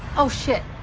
oh, shit.